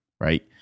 right